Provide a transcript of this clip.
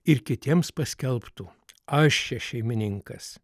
ir kitiems paskelbtų aš čia šeimininkas